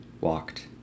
walked